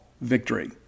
victory